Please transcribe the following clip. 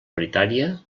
paritària